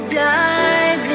dive